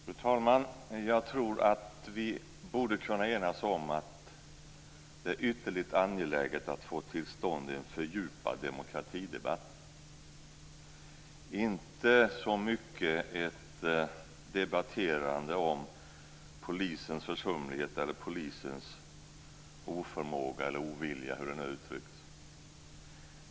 Fru talman! Jag tror att vi borde kunna enas om att det är ytterligt angeläget att få till stånd en fördjupad demokratidebatt, inte så mycket ett debatterande om polisens försumlighet eller om polisens oförmåga eller ovilja - eller hur det nu uttrycks.